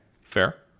Fair